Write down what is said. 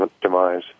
demise